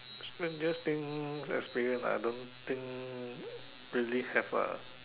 strangest thing experienced I don't think really have lah